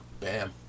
bam